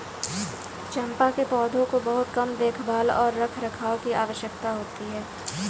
चम्पा के पौधों को बहुत कम देखभाल और रखरखाव की आवश्यकता होती है